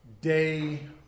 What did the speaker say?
Day